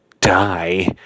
die